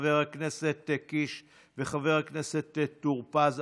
חבר הכנסת קיש וחבר הכנסת טור פז,